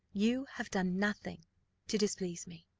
you have done nothing to displease me.